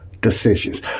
decisions